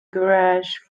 garage